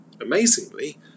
Amazingly